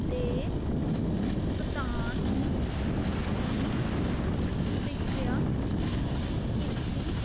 ਦੇ ਭੁਗਤਾਨ ਦੀ ਪ੍ਰਕਿਰਿਆ ਕੀਤੀ